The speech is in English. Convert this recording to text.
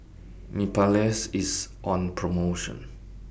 Mepilex IS on promotion